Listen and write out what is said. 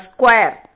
Square